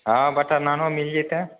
हँ बटर नानो मिल जेतै